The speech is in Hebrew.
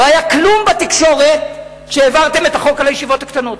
לא היה כלום בתקשורת כשהעברתם את החוק על הישיבות הקטנות.